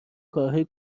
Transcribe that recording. کارهای